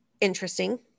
interesting